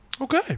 Okay